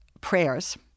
prayers